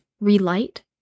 relight